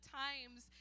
times